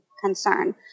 concern